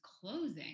closing